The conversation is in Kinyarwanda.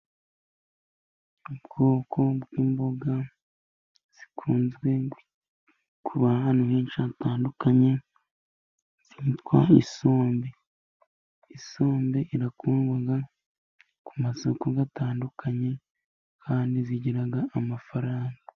Ubwoko bw'imboga zikunze kuba ahantu henshi hatandukanye, zitwa isombe. Isombe irakundwa ku masoko atandukanye kandi igira amafaranga.